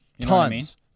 tons